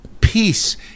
peace